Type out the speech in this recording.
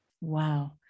Wow